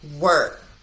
work